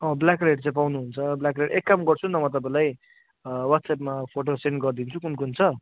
अँ black red चाहिँ पाउनुहुन्छ ब्ल्याक रेड एक काम गर्छु नि त म तपाईँलाई वाट्सएपमा फोटो सेन्ड गरिदिन्छु कुन कुन छ